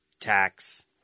tax